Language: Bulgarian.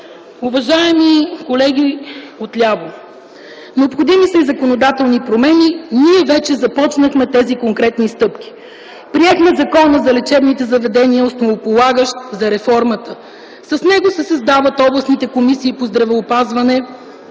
Уважаеми колеги отляво, необходими са и законодателни промени. Ние вече започнахме тези конкретни стъпки. Приехме Закона за лечебните заведения, основополагащ за реформата. С него се създават областните комисии по здравеопазване,